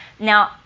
Now